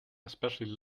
especially